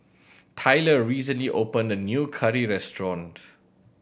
Tylor recently opened a new curry restaurant